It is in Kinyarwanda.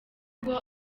rugo